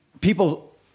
people